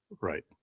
Right